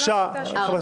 בבקשה, חברת הכנסת מארק.